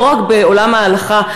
לא רק בעולם ההלכה.